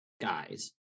guys